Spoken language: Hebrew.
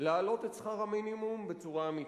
להעלות את שכר המינימום בצורה אמיתית,